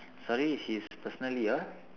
sorry he's personally your